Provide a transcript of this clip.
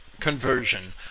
Conversion